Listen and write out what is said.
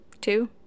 two